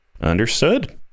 Understood